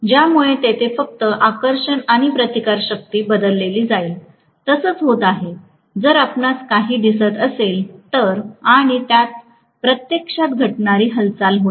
ज्यामुळे तेथे फक्त आकर्षण आणि प्रतिकारशक्ती बदलली जाईलतसंच होत आहे जर आपणास काही दिसत असेल तर आणि त्यात प्रत्यक्षात घटणारी हालचाल होईल